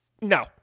No